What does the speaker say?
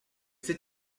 c’est